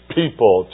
people